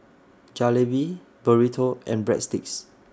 Jalebi Burrito and Breadsticks